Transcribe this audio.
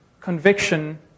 conviction